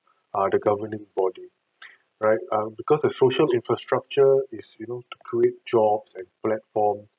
err the governing body right um because the social infrastructure is you know to create jobs and platform